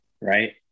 right